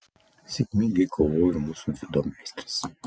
sėkmingai kovojo ir mūsų dziudo meistrės